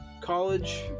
college